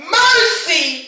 mercy